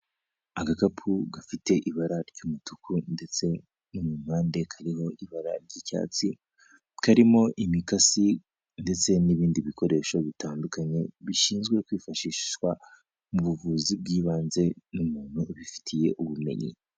Agakapu gafite ibara ry'umutuku ndetse no mu mpande kariho ibara ry'icyatsi, karimo imikasi ndetse n'ibindi bikoresho bitandukanye bishinzwe kwifashishwa mu buvuzi bw'ibanze n'umuntu ubifitiye ubumenyi.